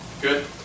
Good